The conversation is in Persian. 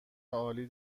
عالی